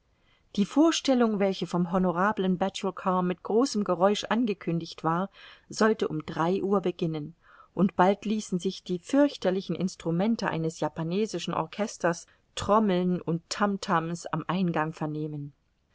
die vorstellung welche vom honorablen batulcar mit großem geräusch angekündigt war sollte um drei uhr beginnen und bald ließen sich die ürchterlichen instrumente eines japanesischen orchesters trommeln und tam tams am eingang vernehmen